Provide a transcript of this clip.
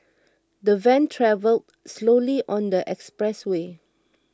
the van travelled slowly on the expressway